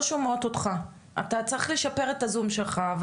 אנחנו לא שומעות אותך, אתה צריך לשפר את הזום שלך.